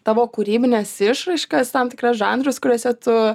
tavo kūrybines išraiškas tam tikras žanrus kuriuose tu